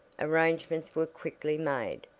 arrangements were quickly made,